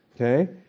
Okay